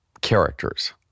characters